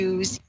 Use